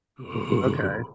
Okay